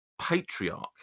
patriarch